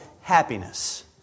happiness